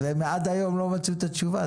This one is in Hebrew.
ועד היום לא מצאו את התשובה.